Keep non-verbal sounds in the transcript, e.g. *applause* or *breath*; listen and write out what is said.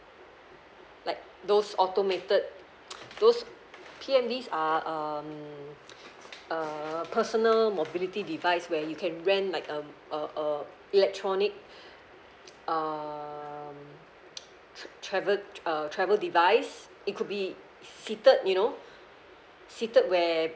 like those automated *noise* those P_M_Ds are um a personal mobility device where you can rent like um uh a electronic *breath* um *noise* tr~ travel err travel device it could be seated you know seated where